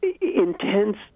intense